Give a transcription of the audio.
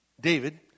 David